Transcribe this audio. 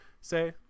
say